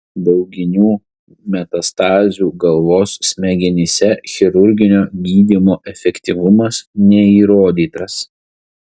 dauginių metastazių galvos smegenyse chirurginio gydymo efektyvumas neįrodytas